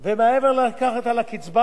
אתה יכול לקחת חלק מפה וחלק מפה,